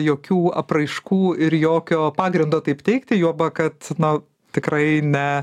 jokių apraiškų ir jokio pagrindo taip teigti juoba kad na tikrai ne